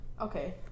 okay